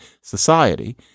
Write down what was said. society